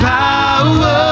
power